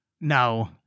No